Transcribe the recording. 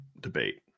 Debate